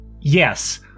Yes